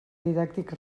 didàctic